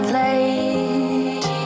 late